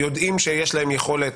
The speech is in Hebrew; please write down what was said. יודעים שיש להם יכולת,